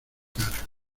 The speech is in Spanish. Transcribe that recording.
cara